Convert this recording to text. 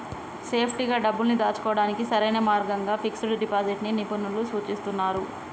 సేఫ్టీగా డబ్బుల్ని దాచుకోడానికి సరైన మార్గంగా ఫిక్స్డ్ డిపాజిట్ ని నిపుణులు సూచిస్తున్నరు